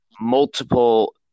multiple